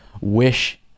wish